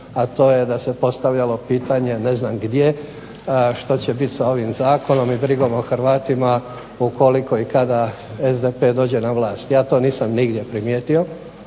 a to je da se postavljalo pitanje ne znam gdje što će bit sa ovim zakonom i brigom o Hrvatima ukoliko i kada SDP dođe na vlast. Ja to nisam nigdje primijetio,